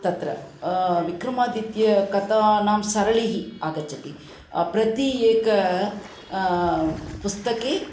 तत्र विक्रमादित्यकथानां सरणिः आगच्छति प्रत्येकं पुस्तके